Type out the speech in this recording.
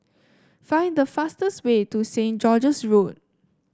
find the fastest way to Saint George's Road